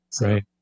Right